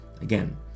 again